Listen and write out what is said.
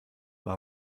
war